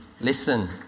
listen